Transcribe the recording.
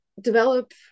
develop